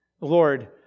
Lord